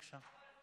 בבקשה.